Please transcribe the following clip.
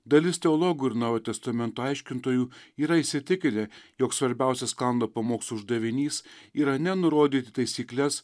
dalis teologų ir naujo testamento aiškintojų yra įsitikinę jog svarbiausias kando pamokslų uždavinys yra ne nurodyt taisykles